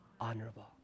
Honorable